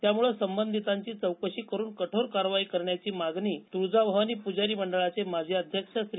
त्यामुळे संबंधितांची चौकशी करून कठोर कारवाई करण्याची मागणी तुळजाभवानी प्जारी मंडळाचे माजी अध्यक्ष श्री